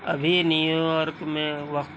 ابھی New York میں وقت